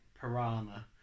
Piranha